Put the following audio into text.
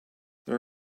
there